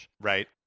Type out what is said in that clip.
Right